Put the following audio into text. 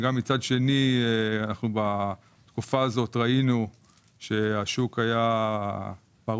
ומצד שני אנחנו בתקופה הזאת ראינו שהשוק היה פרוץ,